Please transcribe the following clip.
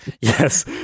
Yes